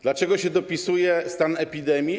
Dlaczego się dopisuje stan epidemii?